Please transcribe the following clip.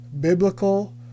biblical